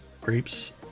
Grapes